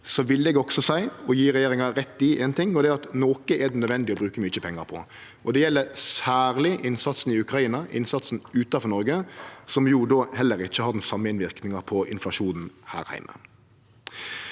og det er at noko er det nødvendig å bruke mykje pengar på. Det gjeld særleg innsatsen i Ukraina, innsatsen utanfor Noreg, som jo heller ikkje har den same innverknaden på inflasjonen her heime.